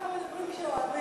ככה זה בדברים שאוהבים.